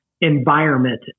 environment